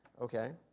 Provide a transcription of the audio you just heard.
Okay